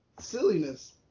silliness